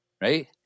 Right